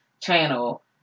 channel